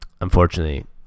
unfortunately